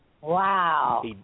Wow